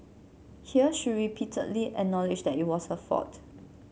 here she repeatedly acknowledged that it was her fault